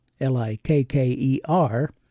L-I-K-K-E-R